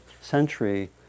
century